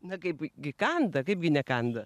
na kaip gi kanda kaipgi nekanda